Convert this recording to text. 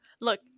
look